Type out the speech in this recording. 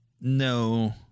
no